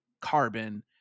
Carbon